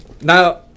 now